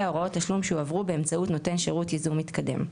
הוראות תשלום שהועברו באמצעות נותן שירות ייזום מתקדם;";